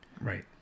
Right